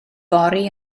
fory